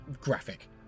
graphic